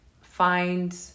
find